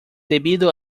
debido